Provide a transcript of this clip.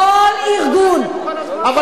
כל ארגון, היא מדברת אלינו כל הזמן.